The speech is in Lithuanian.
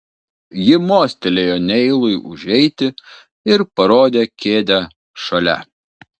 ji mostelėjo neilui užeiti ir parodė kėdę šalia